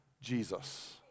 Jesus